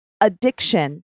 addiction